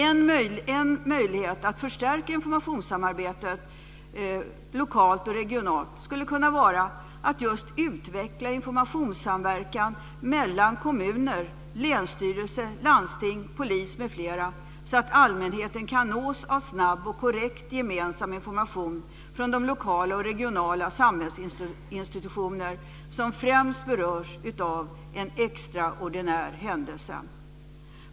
En möjlighet att förstärka informationsarbetet lokalt och regionalt skulle kunna vara att just utveckla informationssamverkan mellan kommuner, länsstyrelse, landsting, polis m.fl. så att allmänheten kan nås av snabb och korrekt gemensam information från de lokala och regionala samhällsinstitutioner som främst berörs av en extraordinär händelse.